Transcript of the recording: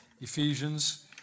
Ephesians